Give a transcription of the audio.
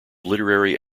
literary